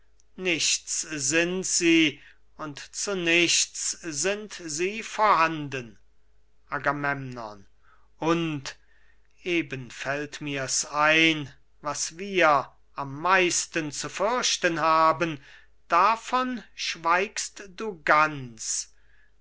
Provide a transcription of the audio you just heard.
nichts sind sie und zu nichts sind sie vorhanden agamemnon und eben fällt mir's ein was wir am meisten zu fürchten haben davon schweigst du ganz